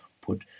put